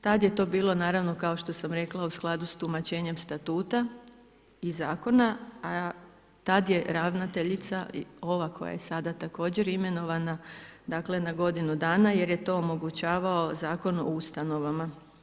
Tada je to bilo naravno kao što sam rekla u skladu sa tumačenjem statuta i zakona a tada je ravnateljica, ova koja je sada također imenovana dakle na godinu dana jer je to omogućavao Zakon o ustanovama.